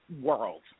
world